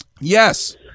Yes